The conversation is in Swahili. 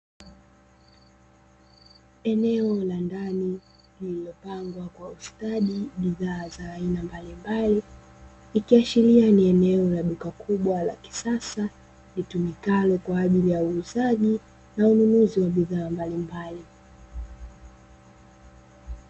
Eneo la ndani lililopangwa kwa ustadi bidhaa za aina mbalimbali, ikiashilia ni eneo la duka kubwa la kisasa litumikalo kwa ajili ya uuzaji na ununzi wa bidhaa mbalimbali,